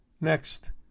Next